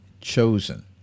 chosen